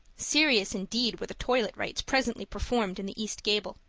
serious indeed were the toilet rites presently performed in the east gable.